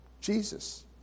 Jesus